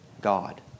God